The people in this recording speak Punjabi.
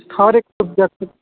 ਹਰ ਇੱਕ ਸਬਜੈਕਟ